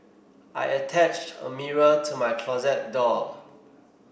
I attached a mirror to my closet door